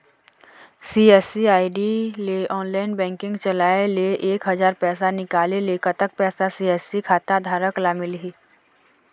CSC ID ले online banking चलाए ले एक हजार पैसा निकाले ले कतक पैसा सी.एस.सी खाता धारक ला मिलही?